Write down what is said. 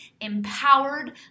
empowered